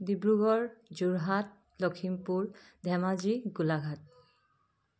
Dibrugarh Jorhat Lakhimpur Dhemaji Golaghat